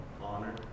Honor